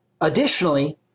additionally